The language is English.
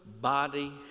body